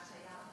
וההשעיה.